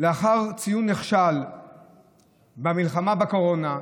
לאחר ציון נכשל במלחמה בקורונה,